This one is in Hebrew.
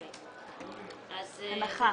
הנחה.